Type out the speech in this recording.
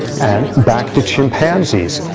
and back to chimpanzees,